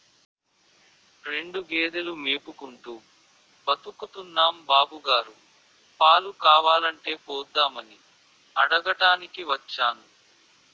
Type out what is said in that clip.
రెండు గేదెలు మేపుకుంటూ బతుకుతున్నాం బాబుగారు, పాలు కావాలంటే పోద్దామని అడగటానికి వచ్చాను